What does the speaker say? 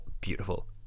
beautiful